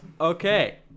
Okay